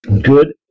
Good